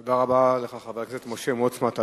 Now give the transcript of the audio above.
תודה רבה לך, חבר הכנסת משה מטלון.